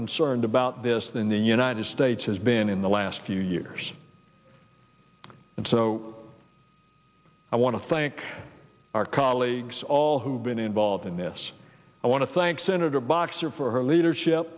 concerned about this than the united states has been in the last few years and so i want to thank our colleagues all who've been involved in this i want to thank senator boxer for her leadership